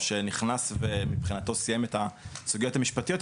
או שנכנס ומבחינתו סיים את הסוגיות המשפטיות,